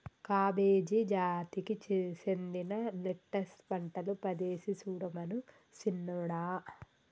cabbage జాతికి సెందిన lettuce పంటలు పదేసి సుడమను సిన్నోడా